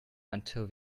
until